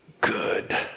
good